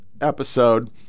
episode